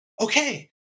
okay